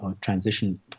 transition